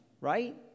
right